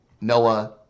Noah